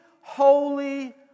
holy